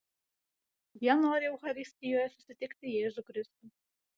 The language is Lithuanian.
jie nori eucharistijoje susitikti jėzų kristų